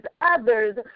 others